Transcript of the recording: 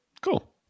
Cool